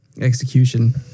Execution